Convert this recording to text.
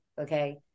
okay